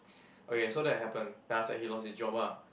okay so that happen then after that he lost his job ah